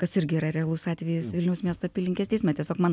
kas irgi yra realus atvejis vilniaus miesto apylinkės teisme tiesiog man